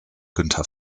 günter